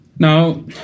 Now